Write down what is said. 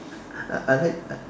I I like I